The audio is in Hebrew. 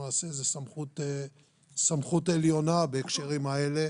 למעשה זו סמכות עליונה בהקשרים האלה,